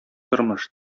тормыш